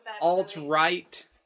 alt-right